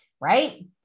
right